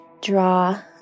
draw